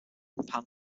pan